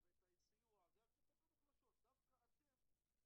תנו לי